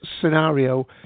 scenario